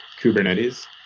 Kubernetes